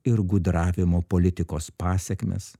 ir gudravimo politikos pasekmes